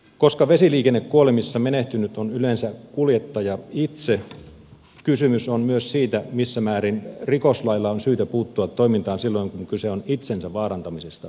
koska vesiliikennekuolemissa menehtynyt on yleensä kuljettaja itse kysymys on myös siitä missä määrin rikoslailla on syytä puuttua toimintaan silloin kun kyse on itsensä vaarantamisesta